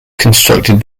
constructed